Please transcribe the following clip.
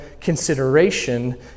consideration